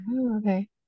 okay